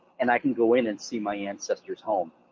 and i can go in and see my ancestor's home,